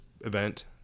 event